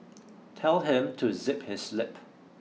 tell him to zip his lip